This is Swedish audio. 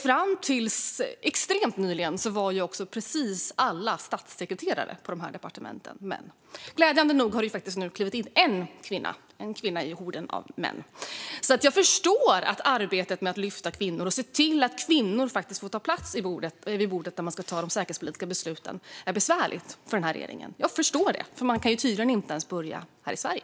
Fram till extremt nyligen var också precis alla statssekreterare på de departementen män. Glädjande nog har där nu klivit in en kvinna, en kvinna i horden av män. Jag förstår alltså att arbetet med att lyfta kvinnor och att se till att kvinnor får ta plats vid bordet när man ska ta de säkerhetspolitiska besluten är besvärligt för regeringen. Det förstår jag, eftersom man tydligen inte ens kan börja här i Sverige.